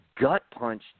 gut-punch